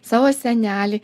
savo senelį